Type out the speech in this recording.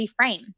reframe